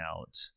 out